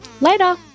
Later